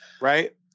Right